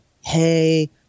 hey